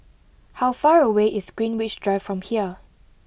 how far away is Greenwich Drive from here